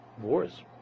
wars